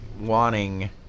wanting